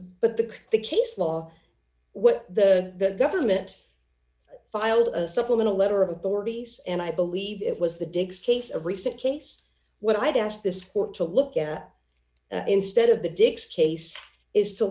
but the the case law what the government file a supplemental letter of authorities and i believe it was the diggs case of recent case what i'd asked this for to look at instead of the dick's case is to